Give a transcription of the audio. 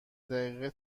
دقیقه